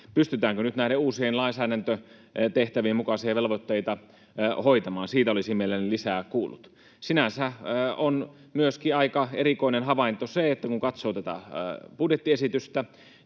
pystytäänkö nyt näiden uusien lainsäädäntötehtävien mukaisia velvoitteita hoitamaan. Siitä olisin mielelläni lisää kuullut. Sinänsä on myöskin aika erikoinen havainto se, että kun katsoo tätä budjettiesitystä,